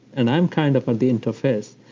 and i'm kind of at the interface.